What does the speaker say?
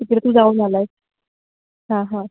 तिकडे तू जाऊन आला आहेस हां हां